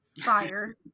fire